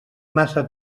massa